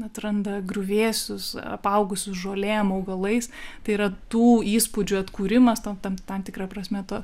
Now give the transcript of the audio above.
atranda griuvėsius apaugusius žolėm augalais tai yra tų įspūdžių atkūrimas tam tam tam tikra prasme ta